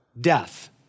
death